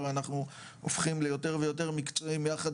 הרי אנחנו הופכים ליותר ויותר מקצועיים יחד